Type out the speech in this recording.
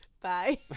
Bye